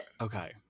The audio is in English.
Okay